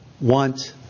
want